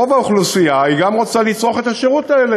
רוב האוכלוסייה גם רוצה לצרוך את השירות הזה,